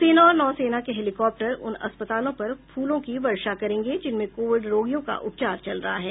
सेना और नौसेना के हेलिकॉप्टर उन अस्पतालों पर फूलों की वर्षा करेंगे जिनमें कोविड रोगियों का उपचार चल रहा है